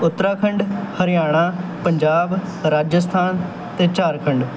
ਉੱਤਰਾਖੰਡ ਹਰਿਆਣਾ ਪੰਜਾਬ ਰਾਜਸਥਾਨ ਅਤੇ ਝਾਰਖੰਡ